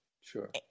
Sure